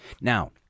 Now